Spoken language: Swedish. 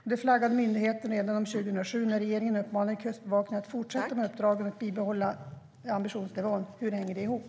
Detta flaggade myndigheten redan om 2007, då regeringen uppmanade Kustbevakningen att fortsätta med uppdragen och bibehålla ambitionsnivå. Hur hänger det ihop?